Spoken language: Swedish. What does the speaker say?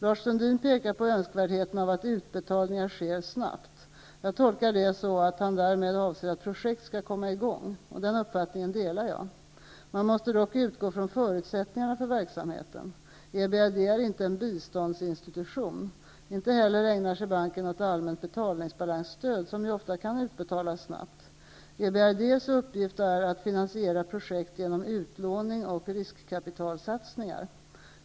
Lars Sundin pekar på önskvärdheten av att utbetalningar sker snabbt. Jag tolkar det så att han därmed avser att projekt skall komma i gång. Den uppfattningen delar jag. Man måste dock utgå från förutsättningarna för verksamheten. EBRD är inte en biståndsinstitution. Inte heller ägnar sig banken åt allmänt betalningsbalansstöd, som ju ofta kan utbetalas snabbt. EBRD:s uppgift är att finansiera projekt genom utlåning och riskkapitalsatsningar.